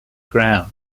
ground